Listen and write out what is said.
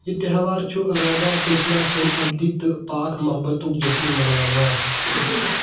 یہِ تیٚہوار چھُ رادھا کرشنا سُنٛد اَبدی تہٕ پاک محبَتُک جشنہٟ مناوان